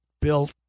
built